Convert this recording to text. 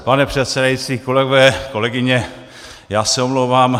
Pane předsedající, kolegové, kolegyně, já se omlouvám.